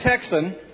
Texan